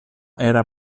era